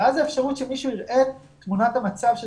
ואז האפשרות שמישהו יראה את תמונת המצב של